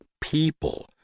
people